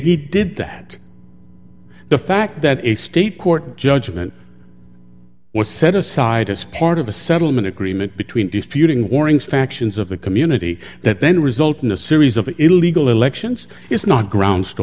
he did that the fact that a state court judgement was set aside as part of a settlement agreement between disputing warring factions of the community that then result in a series of illegal elections is not grounds to